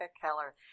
Keller